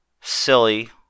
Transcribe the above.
Silly